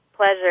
pleasure